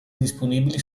disponibili